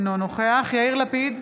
אינו נוכח יאיר לפיד,